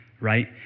right